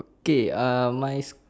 okay my